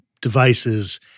devices